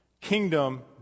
Kingdom